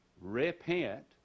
repent